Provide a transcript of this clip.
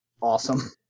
awesome